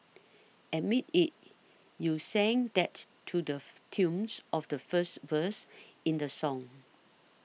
admit it you sang that to the tunes of the first verse in the song